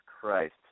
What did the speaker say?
Christ